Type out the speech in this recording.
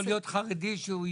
יכול להיות חרדי שהוא אישה.